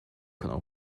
可能